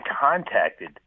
contacted